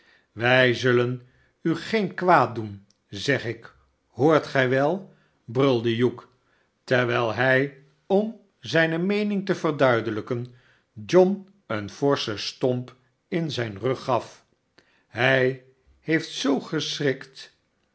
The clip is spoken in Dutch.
wij zullen u geen kwaad doen zeg lk hoort gi welf brulde hugh terwijl hij om ziine meening te verduidelijken john een forschen stomp in zijn rug gaf hij heeft zoo geschnkt